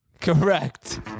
Correct